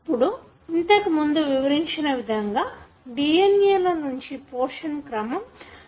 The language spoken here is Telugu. ఇప్పుడు ఇంతకముందు వివరించిన విధంగా DNA లో ని పోర్షన్ క్రమం RNA లో కి కాపీ అవుతుంది